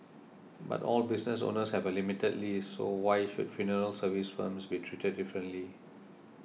but all business owners have a limited lease so why should funeral services firms be treated differently